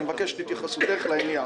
אני מבקש את התייחסותך לעניין.